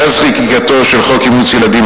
מאז חקיקתו של חוק אימוץ ילדים,